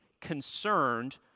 concerned